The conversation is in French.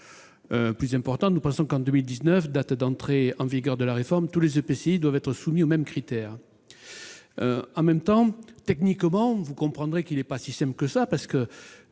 plus importante. Nous pensons qu'en 2019, date d'entrée en vigueur de la réforme, tous les EPCI doivent être soumis aux mêmes critères. En même temps, techniquement, la mesure que vous proposez n'est pas si simple, car, pour